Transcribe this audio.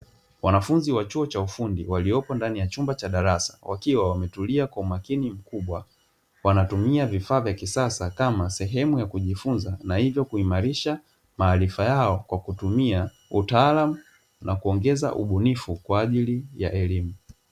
Wanafunzi wa chuo cha ufundi waliopo ndani ya chumba cha darasa wakiwa wametulia kwa umakini mkubwa, wanatumia vifaa vya kisasa kama sehemu ya kujifunza, na hivyo kuimarisha maarifa yao kwa kutumia utaalamu na kuongeza ubunifu kwa ajili ya elimu.